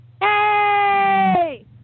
Hey